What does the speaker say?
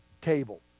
table